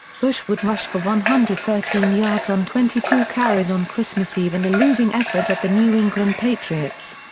bush would rush for one hundred and thirteen yards on twenty two carries on christmas eve in a losing effort at the new england patriots.